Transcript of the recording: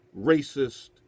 racist